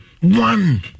One